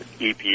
EPA